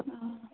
آ